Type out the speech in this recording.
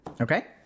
Okay